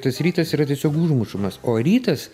tas rytas yra tiesiog užmušamas o rytas